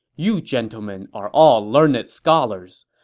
you gentlemen are all learned scholars.